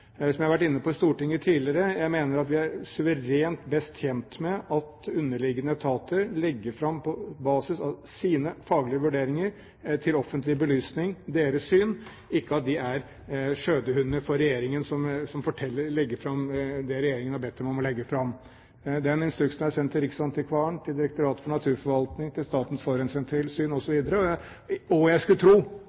Som jeg har vært inne på i Stortinget tidligere, mener jeg at vi er suverent best tjent med at underliggende etater legger fram sitt syn – på basis av sine faglige vurderinger til offentlig belysning – og ikke at de er skjødehunder for regjeringen, som legger fram det regjeringen har bedt dem om å legge fram. Den instruksen er sendt til riksantikvaren, til Direktoratet for naturforvaltning, til Statens forurensningstilsyn osv. Jeg skulle tro